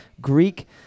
Greek